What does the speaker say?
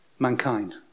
Mankind